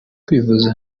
kwivuza